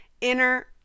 inner